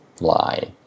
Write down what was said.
lie